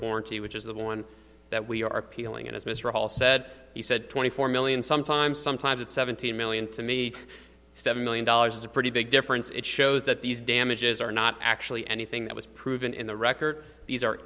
warranty which is the one that we are appealing and as mr paul said he said twenty four million sometimes sometimes it's seventeen million to me seven million dollars is a pretty big difference it shows that these damages are not actually anything that was proven in the record these are